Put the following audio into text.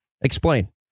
Explain